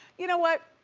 you know what,